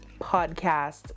podcast